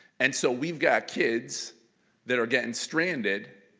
and so we've got kids that are getting stranded,